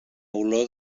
olor